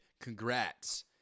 Congrats